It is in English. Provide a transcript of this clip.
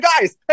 guys